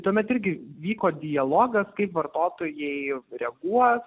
tuomet irgi vyko dialogas kaip vartotojai reaguos